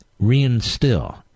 reinstill